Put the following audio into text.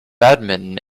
badminton